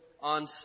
on